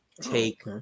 take